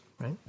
right